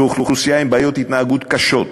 ואוכלוסייה עם בעיות התנהגות קשות,